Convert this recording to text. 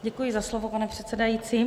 Děkuji za slovo, pane předsedající.